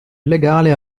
illegale